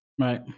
Right